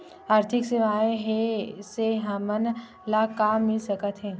आर्थिक सेवाएं से हमन ला का मिल सकत हे?